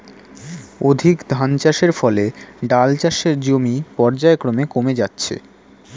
অধিক ধানচাষের ফলে ডাল চাষের জমি পর্যায়ক্রমে কমে যাচ্ছে